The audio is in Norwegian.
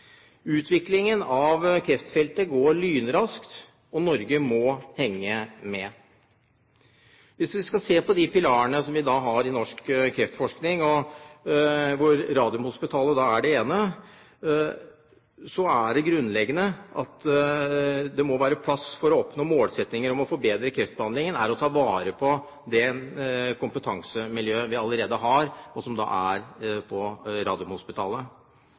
Utviklingen på kreftfeltet går lynraskt, og Norge må henge med. Hvis vi skal se på de pilarene som vi har i norske kreftforskning, hvor Radiumhospitalet er den ene, er det grunnleggende at det som må være på plass for å oppnå målsettingen om å forbedre kreftbehandlingen, er å ta vare på det kompetansemiljøet vi allerede har. Det er altså Radiumhospitalet. Derfor er det viktig å sørge for at miljøet rundt Radiumhospitalet, som